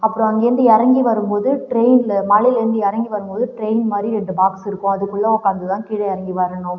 அப்புறம் அங்கேருந்து இறங்கி வரும் போது ட்ரெயினில் மலையிலேருந்து இறங்கி வரும் போது ட்ரெயின் மாதிரி இரண்டு பாக்ஸ் இருக்கும் அதுக்குள்ள உட்காந்து தான் கீழே இறங்கி வரணும்